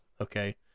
okay